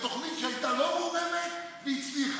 במקום תוכנית שהייתה לא מעורבת והצליחה?